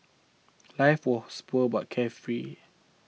life was poor but carefree